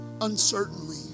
uncertainly